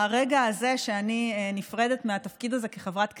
הרגע הזה שאני נפרדת מהתפקיד הזה כחברת כנסת,